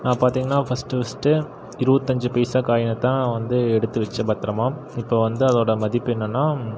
நான் பார்த்திங்கன்னா first first இருபத்தஞ்சி பைசா காயினைதான் வந்து எடுத்துவச்ச பத்ரமாக இப்போ வந்து அதோட மதிப்பு என்னென்னா